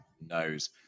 knows